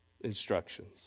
instructions